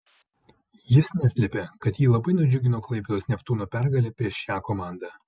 jis neslėpė kad jį labai nudžiugino klaipėdos neptūno pergalė prieš šią komandą